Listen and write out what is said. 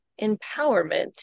empowerment